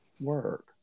Work